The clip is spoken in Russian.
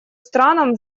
странам